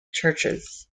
churches